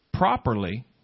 properly